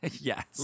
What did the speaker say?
Yes